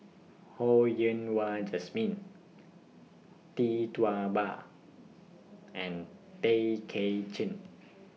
Ho Yen Wah Jesmine Tee Tua Ba and Tay Kay Chin